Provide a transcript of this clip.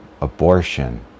Abortion